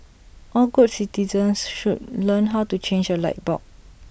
all good citizens should learn how to change A light bulb